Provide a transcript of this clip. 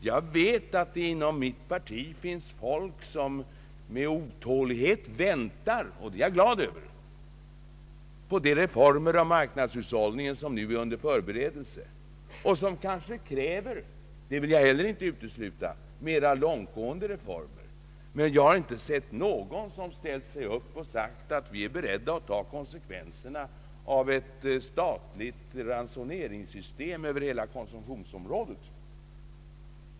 Jag vet att det inom mitt parti finns folk som med otålighet väntar, och det är jag glad över, på de reformer rörande marknadshushållningen som nu är under förberedelse och som kanske kräver — det vill jag inte heller utesluta — mera långtgående reformer. Jag har emellertid inte hört några säga att de är beredda att ta kon sekvenserna av ett statligt ransoneringssystem över hela konsumtionsområdet.